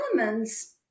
elements